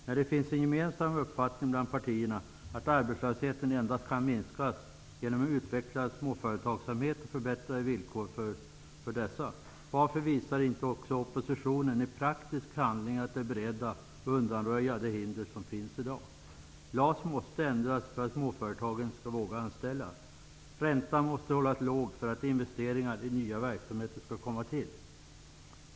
När det finns en gemensam uppfattning bland partierna om att arbetslösheten endast kan minskas genom en utvecklad småföretagsamhet och förbättrade villkor för dessa, varför visar inte oppositionen också i praktisk handling att de är beredda att undanröja de hinder som finns i dag? LAS måste ändras för att småföretagen skall våga anställa. Räntan måste hållas låg för att investeringar i nya verksamheter skall komma till.